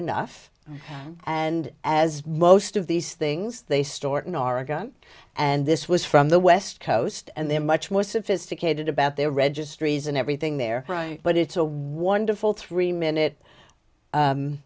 enough and as most of these things they stored in oregon and this was from the west coast and they're much more sophisticated about their registries and thing there but it's a wonderful three minute